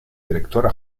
directora